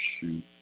Shoot